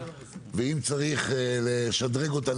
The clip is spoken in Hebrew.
ואם צריך לשדרג אותה,